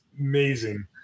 amazing